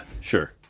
sure